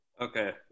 Okay